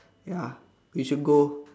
ya we should go